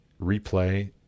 replay